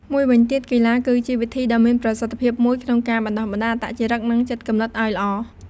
មួយវិញទៀត កីឡាគឺជាវិធីដ៏មានប្រសិទ្ធិភាពមួយក្នុងការបណ្តុះបណ្តាលអត្តចរិត និងចិត្តគំនិតអោយល្អ។